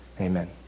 Amen